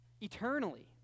eternally